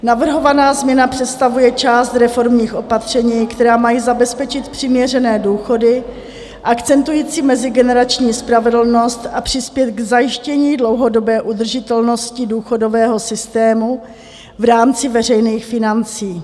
Navrhovaná změna představuje část reformních opatření, která mají zabezpečit přiměřené důchody akcentující mezigenerační spravedlnost a přispět k zajištění dlouhodobé udržitelnosti důchodového systému v rámci veřejných financí.